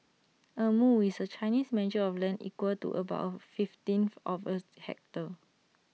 A mu is A Chinese measure of land equal to about A fifteenth of A hectare